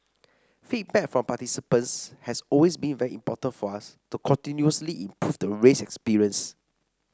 feedback from participants has always been very important for us to continuously improve the race experience